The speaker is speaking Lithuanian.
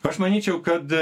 aš manyčiau kad